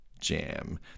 jam